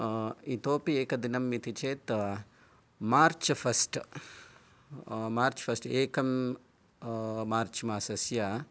इतोपि एकदिनं इति चेत् मार्च् फस्ट् मार्च् फस्ट् एकं मार्च् मासस्य